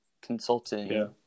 consulting